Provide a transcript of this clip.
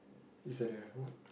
it's a dare what